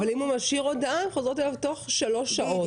אבל אם הוא משאיר הודעה הן חוזרות עליו תוך שלוש שעות.